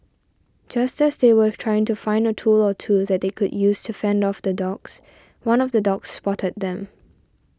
just as they were trying to find a tool or two that they could use to fend off the dogs one of the dogs spotted them